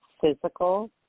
physical